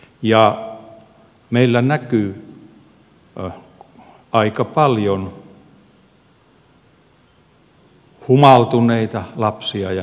ja meillä näkyy aika paljon humaltuneita lapsia ja nuoria